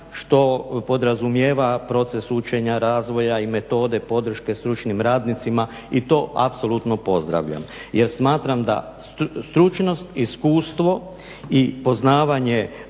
što podrazumijeva proces učenja, razvoja i metoda podrške stručnim radnicima i to apsolutno pozdravljam jer smatram da stručnost, iskustvo i poznavanje